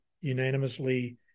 unanimously